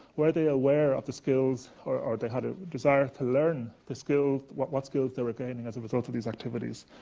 were they aware of the skills or had a desire to learn the skills what what skills they were gaining as a result of these activities?